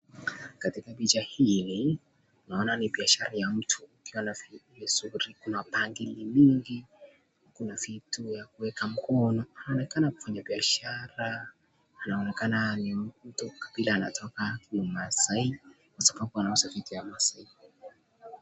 Katika picha hii naona ni biashara ya mtu akiwa na vitu vizuri. Kuna bangili mingi kuna vitu ya kuweka mkono. Anaonekana mfanyibiashara. Anaonekana ni mtu kabila anatoka ni mmaasai kwa sababu anauza vitu ya maasai.